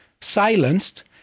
silenced